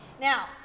Now